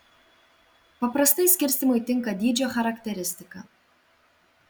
paprastai skirstymui tinka dydžio charakteristika